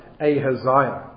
Ahaziah